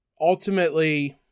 ultimately